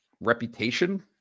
reputation